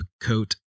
coat